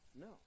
No